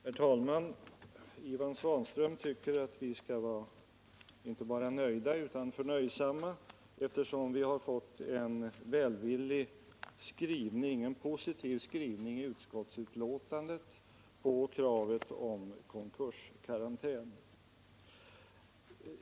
Herr talman! Ivan Svanström tycker att vi skall vara inte bara nöjda utan förnöjsamma, eftersom vi har fått en positiv skrivning i utskottsbetänkandet om kravet på konkurskarantän.